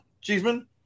Cheeseman